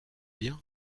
bien